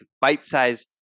bite-sized